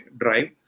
drive